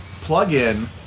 plug-in